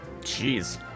Jeez